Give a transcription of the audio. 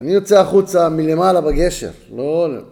אני יוצא החוצה מלמעלה בגשר, לא...